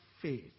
faith